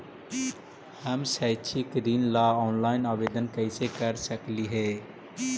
हम शैक्षिक ऋण ला ऑनलाइन आवेदन कैसे कर सकली हे?